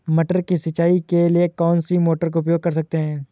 मटर की सिंचाई के लिए कौन सी मोटर का उपयोग कर सकते हैं?